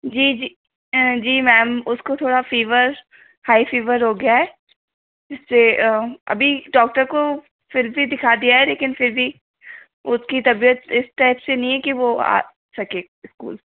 जी जी जी मैम उसको थोड़ा फीवर हाई फीवर हो गया है उसे अभी डौकटर को फिर भी दिखा दिया है लेकिन फिर भी उसकी तबीयत इस टैप से नहीं है कि वो आ सके स्कूल